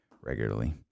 regularly